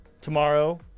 tomorrow